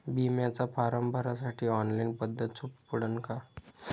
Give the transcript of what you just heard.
बिम्याचा फारम भरासाठी ऑनलाईन पद्धत सोपी पडन का?